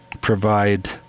provide